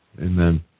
Amen